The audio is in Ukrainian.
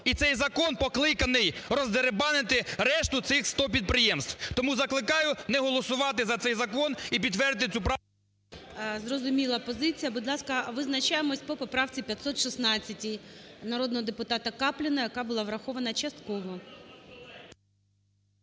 І цей закон покликаний роздерибанити решту цих 100 підприємств. Тому закликаю не голосувати за цей закон і підтвердити цю правку… ГОЛОВУЮЧИЙ. Зрозуміла позиція. Будь ласка, визначаємось по поправці 516 народного депутатаКапліна, яка була врахована частково.